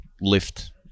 lift